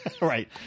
right